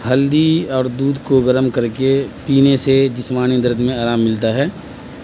ہلدی اور دودھ کو گرم کر کے پینے سے جسمانی درد میں آرام ملتا ہے